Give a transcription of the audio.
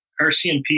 RCMP